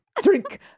drink